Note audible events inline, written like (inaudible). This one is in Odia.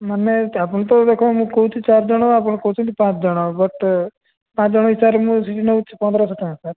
ମାନେ (unintelligible) ଆପଣ ତ ଦେଖ ମୁଁ କହୁଛି ଚାରି ଜଣ ଆପଣ କହୁଛନ୍ତି ପାଞ୍ଚଜଣ ବଟ୍ ପାଞ୍ଚ ଜଣ ହିସାବରେ ମୁଁ ସେଠି ନେଉଛି ପନ୍ଦରଶ ଟଙ୍କା ସାର୍